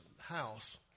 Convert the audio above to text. house